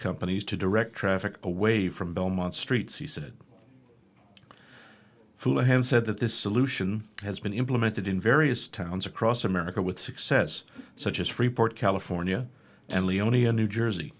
companies to direct traffic away from belmont streets he said fool has said that this solution has been implemented in various towns across america with success such as freeport california and leonia new jersey